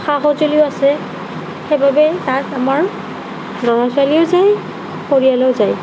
সা সঁজুলিও আছে সেইবাবে তাত আমাৰ ল'ৰা ছোৱালীও যায় পৰিয়ালো যায়